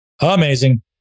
amazing